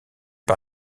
par